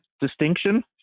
distinction